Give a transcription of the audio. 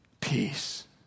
Peace